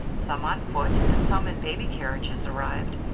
some on foot and some in baby carriages, arrived,